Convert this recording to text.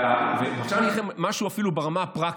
עכשיו אני אגיד לכם משהו אפילו ברמה הפרקטית,